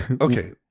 Okay